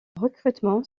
recrutement